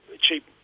cheap